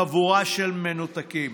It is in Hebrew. חבורה של מנותקים.